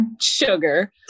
sugar